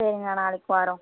சரிங்கண்ணா நாளைக்கு வரோம்